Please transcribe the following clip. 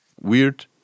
weird